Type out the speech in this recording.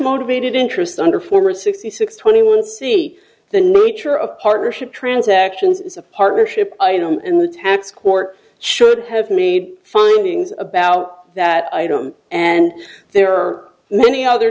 motivated interest under former sixty six twenty one c the nature of partnership transactions is a partnership and the tax court should have made findings about that item and there are many other